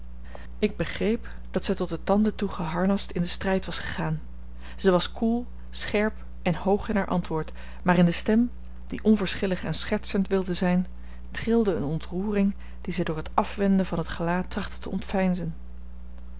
ik begreep dat zij tot de tanden toe geharnast in den strijd was gegaan zij was koel scherp en hoog in haar antwoord maar in de stem die onverschillig en schertsend wilde zijn trilde eene ontroering die zij door het afwenden van het gelaat trachtte te ontveinzen